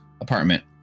apartment